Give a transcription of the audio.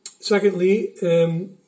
Secondly